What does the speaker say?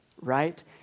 Right